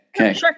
Okay